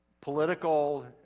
political